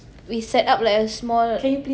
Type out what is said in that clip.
we set up like a small